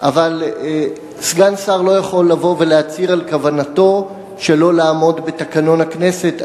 אבל סגן שר לא יכול לבוא ולהצהיר על כוונתו שלא לעמוד בתקנון הכנסת.